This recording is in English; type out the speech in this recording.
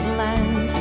land